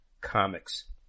comics